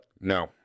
No